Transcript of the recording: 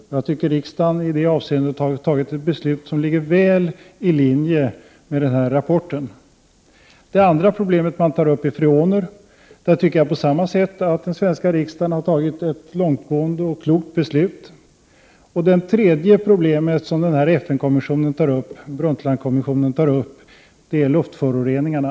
I detta avseende tycker jag att riksdagen har fattat ett beslut som ligger väl i linje med denna rapport. Det andra problemet som tas upp i FN-rapporten är freonerna. Även i fråga om dessa anser jag att den svenska riksdagen har fattat ett långtgående och klokt beslut. Det tredje problemet som tas upp i denna FN-rapport, som har gjorts av Brundtland-kommissionen, är luftföroreningarna.